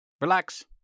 relax